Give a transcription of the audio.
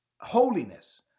holiness